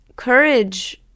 Courage